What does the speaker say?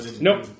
nope